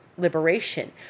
Liberation